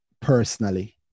Personally